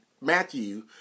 Matthew